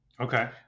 Okay